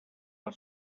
per